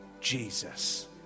Jesus